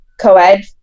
co-ed